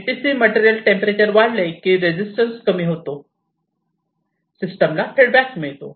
NTC material temperature वाढले की resistance कमी होतो सिस्टमला फीडबॅक मिळतो